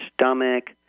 stomach